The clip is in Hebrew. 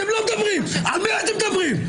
על מי אתם מדברים?